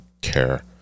care